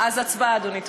אז הצבעה, אדוני.